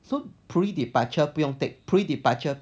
so pre departure 不用 take pre departure